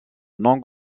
non